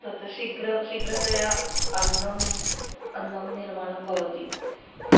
तत् शीघ्रं शीघ्रतया अन्नम् अन्नं निर्माणं भवति